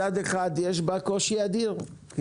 מצד אחד יש בה קושי אדיר.